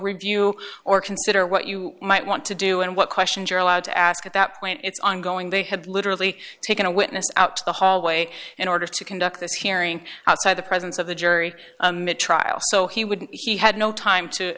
review or consider what you might want to do and what questions you're allowed to ask at that point it's ongoing they had literally taken a witness out to the hallway in order to conduct this hearing outside the presence of the jury trial so he would he had no time to